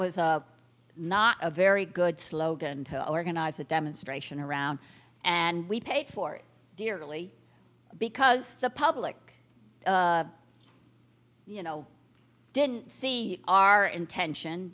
was not a very good slogan to organize a demonstration around and we paid for it dearly because the public you know didn't see our intention